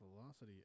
velocity